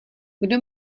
kdo